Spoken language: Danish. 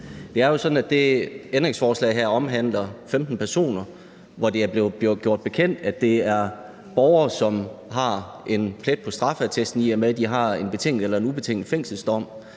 her ændringsforslag omhandler 15 personer, hvor det er blevet gjort bekendt, at det er borgere, som har en plet på straffeattesten, i og med at de har en betinget eller ubetinget fængselsdom.